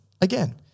again